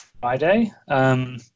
Friday